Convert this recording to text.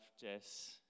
Jess